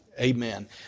Amen